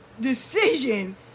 decision